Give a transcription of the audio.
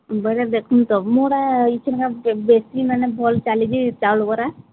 ବୋଇଲେ ଦେଖନ୍ତୁ ମୋରା ଇଚ୍ଛା ବେଶୀ ମାନେ ଭଲ ଚାଲିଛି ଚାଉଳ ବରା